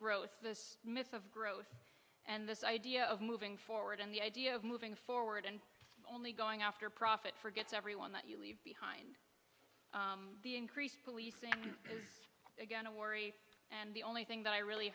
growth this myth of growth and this idea of moving forward and the idea of moving forward and only going after profit for gets everyone that you leave behind the increased police and is again a worry and the only thing that i really